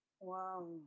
Wow